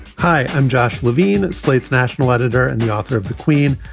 hi, i'm josh levine, slate's national editor and the author of the queen.